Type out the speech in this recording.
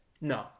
No